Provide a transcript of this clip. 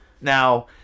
Now